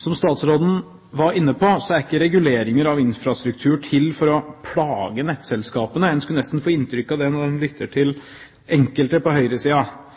Som statsråden var inne på, er ikke reguleringer av infrastrukturen til for å plage nettselskapene. En kunne nesten få inntrykk av det når en lytter til enkelte på